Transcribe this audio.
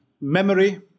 memory